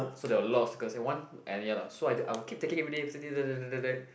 so there were a lot of stickers and one and ya lah so I I would keep taking everyday